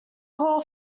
call